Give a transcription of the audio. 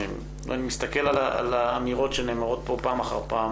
אני מסתכל על האמירות שנאמרות פה פעם אחר פעם